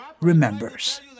remembers